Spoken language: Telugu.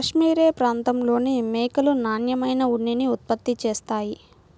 కాష్మెరె ప్రాంతంలోని మేకలు నాణ్యమైన ఉన్నిని ఉత్పత్తి చేస్తాయి